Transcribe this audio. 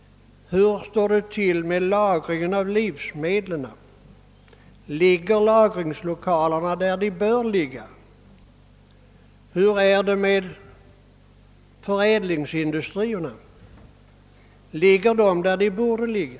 Hur är det med lagringen av livsmedel? Ligger lagerlokalerna där de borde ligga? Hur är det med förädlingsindustrierna? Ligger de där de borde ligga?